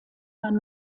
man